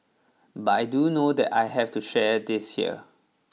but I do know that I have to share this here